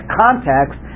context